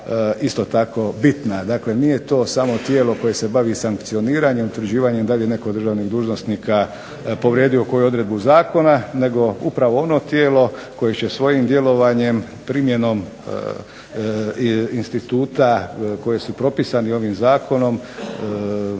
isto tako bitna. Dakle nije to samo tijelo koje se bavi sankcioniranjem i utvrđivanjem da li je netko od državnih dužnosnika povrijedio koju odredbu zakona, nego upravo ono tijelo koje će svojim djelovanjem, primjenom instituta koji su propisani ovim zakonom